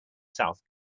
south